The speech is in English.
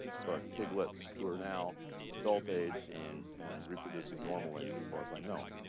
but piglets who are now adult age and and reproducing normally, as far as i know.